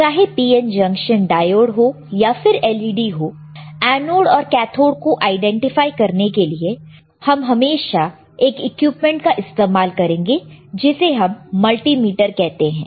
तो चाहे PN junction diode हो या फिर LED हो एनोड और कैथोड को आईडेंटिफाई करने के लिए हम हमेशा एक इक्विपमेंट का इस्तेमाल करेंगे जिसे हम मल्टीमीटर कहते हैं